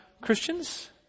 Christians